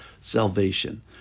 salvation